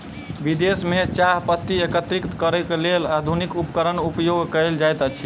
विदेश में चाह पत्ती एकत्रित करैक लेल आधुनिक उपकरणक उपयोग कयल जाइत अछि